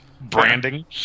branding